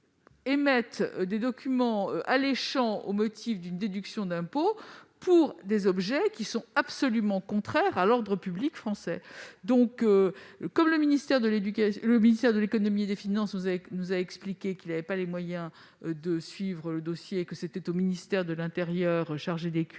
émettent des documents alléchants, promettant une déduction d'impôt, pour des objets absolument contraires à l'ordre public français. Le ministère de l'économie et des finances nous a expliqué qu'il n'avait pas les moyens de suivre de tels dossiers et qu'il revenait au ministère de l'intérieur, chargé des